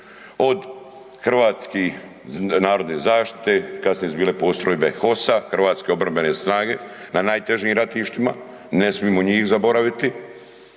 od hrvatske narodne zaštite, kasnije su bile postrojbe HOS-a, Hrvatske obrambene snage na najtežim ratištima, ne smijemo njih zaboraviti,